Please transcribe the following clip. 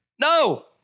No